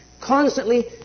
Constantly